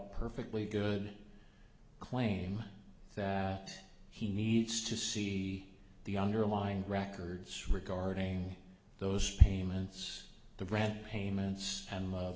perfectly good claim that he needs to see the underlying records regarding those payments the brad payments and